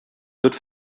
wird